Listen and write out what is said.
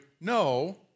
No